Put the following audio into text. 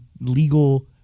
legal